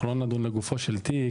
אנחנו לא נדון לגופו של תיק,